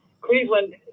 Cleveland